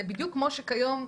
בדיוק כמו שכיום,